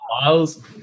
miles